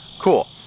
Cool